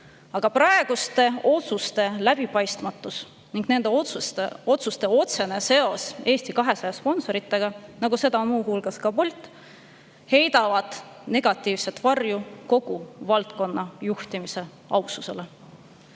Praeguste otsuste läbipaistmatus ning nende otsuste otsene seos Eesti 200 sponsoritega, nagu seda on muu hulgas Bolt, heidavad negatiivset varju kogu valdkonna juhtimise aususele.